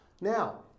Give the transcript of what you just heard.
now